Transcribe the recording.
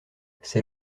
ces